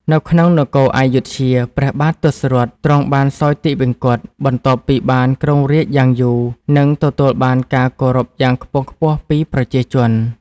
នៅក្នុងនគរព្ធយុធ្យា ព្រះបាទទសរថ ទ្រង់បានសោយទិវង្គត បន្ទាប់ពីបានគ្រងរាជ្យយ៉ាងយូរ និងទទួលបានការគោរពយ៉ាងខ្ពង់ខ្ពស់ពីប្រជាជន។